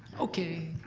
okay.